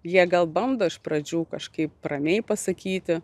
jie gal bando iš pradžių kažkaip ramiai pasakyti